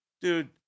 Dude